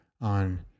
on